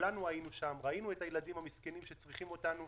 כולנו היינו שם וראינו את הילדים המסכנים שצריכים אותנו.